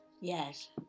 Yes